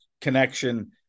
connection